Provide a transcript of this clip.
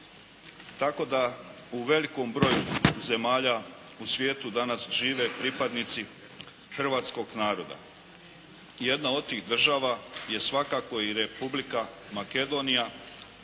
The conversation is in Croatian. Tako da u velikom broju zemalja u svijetu danas žive pripadnici hrvatskog naroda. Jedna od tih država je svakako i Republika Makedonija.